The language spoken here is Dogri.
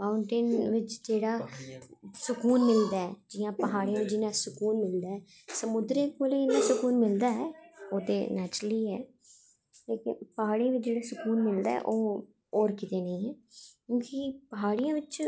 माउंटेन बिच्च जेह्ड़ा स्कून मिलदा ऐ जियां पहाड़ें पर जियां स्कून मिलदा ऐ समुदरें कोल ते इन्ना सकून मिलदा ऐ एह् ते नैचुरली ऐ लेकिन प्हाड़ें पर जेह्का सकून मिलदा ऐ ओह् कुतै नी ऐ क्योंकि प्हाड़ियें बिच्च